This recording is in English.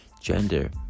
gender